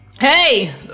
Hey